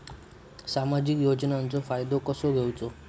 सामाजिक योजनांचो फायदो कसो घेवचो?